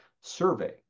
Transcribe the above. survey